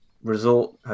resort